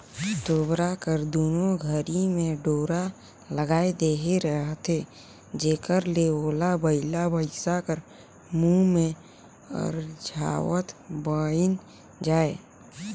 तोबरा कर दुनो घरी मे डोरा लगाए देहे रहथे जेकर ले ओला बइला भइसा कर मुंह मे अरझावत बइन जाए